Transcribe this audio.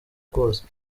kose